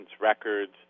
records